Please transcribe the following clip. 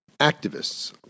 Activists